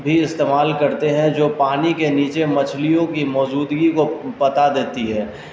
بھی استعمال کرتے ہیں جو پانی کے نیچے مچھلیوں کی موجودگی کو پتا دیتی ہے